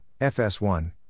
FS1